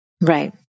right